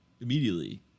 immediately